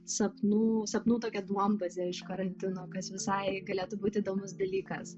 sapnų sapnų tokią duombazę iš karantino kas visai galėtų būti įdomus dalykas